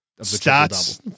Stats